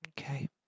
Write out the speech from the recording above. Okay